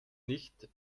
nicht